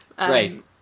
Right